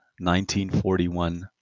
1941